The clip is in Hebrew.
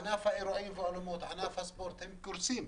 ענף האירועים והאולמות, ענף הספורט, הם קורסים.